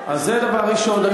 אז זה דבר ראשון.